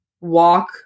walk